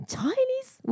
Chinese